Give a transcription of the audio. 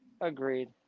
Agreed